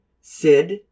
Sid